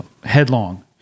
headlong